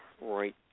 right